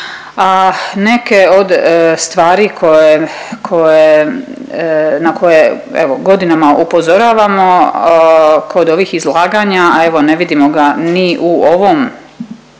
A neke od stvari koje, koje, na koje evo godinama upozoravamo kod ovih izlaganja a evo ne vidimo ga ni u ovom,